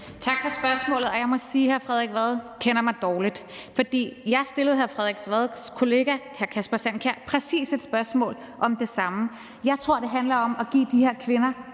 Tak for spørgsmålet. Jeg må sige, at hr. Frederik Vad kender mig dårligt, for jeg stillede hr. Frederik Vads kollega hr. Kasper Sand Kjær et spørgsmål om præcis det samme. Jeg tror, det handler om at give de her kvinder